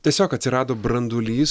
tiesiog atsirado branduolys